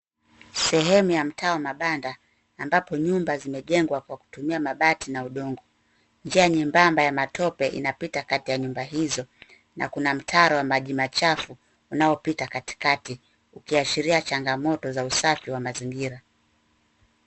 Sehemu ya mtaa wa mabanda, ambapo nyumba zimejengwa kwa kutumia mabati na udongo. Njia nyembamba ya matope inapita kati ya nyumba hizo na kuna mtaro wa maji machafu unaopita katikati ukiashiria changamoto za usafi wa mazingira.